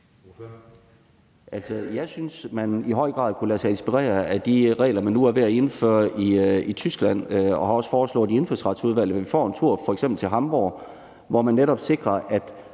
Jeg synes, at man i høj grad kunne lade sig inspirere af de regler, man nu er ved at indføre i Tyskland, og jeg har også foreslået i Indfødsretsudvalget, at vi får en tur til f.eks. Hamborg, hvor man netop sikrer, at